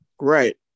Right